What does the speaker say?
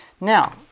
now